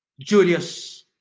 Julius